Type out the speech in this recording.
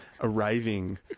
arriving